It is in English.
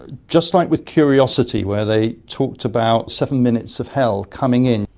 ah just like with curiosity where they talked about seven minutes of hell coming in,